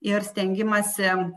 ir stengimąsi